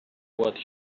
what